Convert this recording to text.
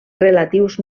relatius